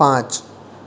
પાંચ